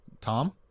Tom